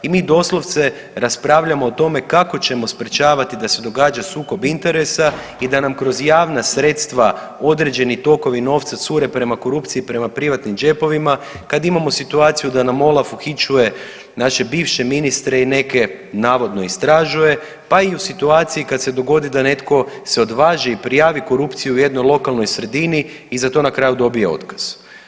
I mi doslovce raspravljamo o tome kako ćemo sprječavati da se događa sukob interesa i da nam kroz javna sredstva određeni tokovi novca cure prema korupciji, prema privatnim džepovima kad imamo situaciju da nam OLAF uhićuje naše bivše ministre i neke navodno istražuje, pa i u situaciji kad se dogodi da se netko odvaži i prijavi korupciju u jednoj lokalnoj sredini i za to na kraju dobije otkaz.